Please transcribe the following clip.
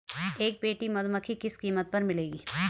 एक पेटी मधुमक्खी किस कीमत पर मिलेगी?